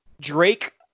Drake